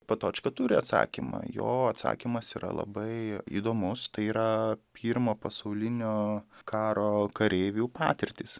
patočka turi atsakymą jo atsakymas yra labai įdomus tai yra pirmo pasaulinio karo kareivių patirtys